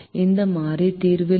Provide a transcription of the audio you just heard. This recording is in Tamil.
இந்த மாறி தீர்வில் இருந்து